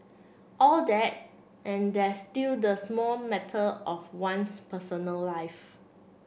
all that and there's still the small matter of one's personal life